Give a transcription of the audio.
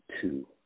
two